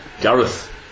gareth